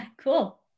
Cool